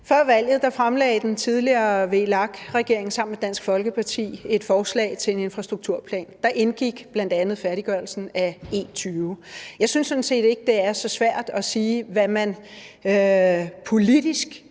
Før valget fremlagde den tidligere VLAK-regering sammen med Dansk Folkeparti et forslag til en infrastrukturplan, og deri indgik bl.a. færdiggørelsen af E20. Jeg synes sådan set ikke, det er så svært at sige, hvad man politisk